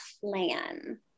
plan